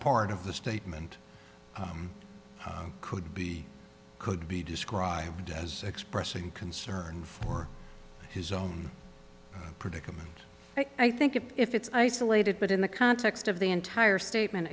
part of the statement could be could be described as expressing concern for his own predicament but i think if it's isolated but in the context of the entire statement